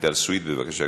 רויטל סויד, בבקשה.